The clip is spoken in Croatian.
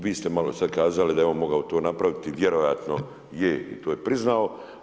Vi ste malo sad kazali da je on mogao to napraviti, vjerojatno je i to je priznao.